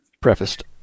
prefaced